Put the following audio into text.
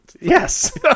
yes